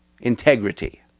integrity